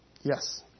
Yes